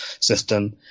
system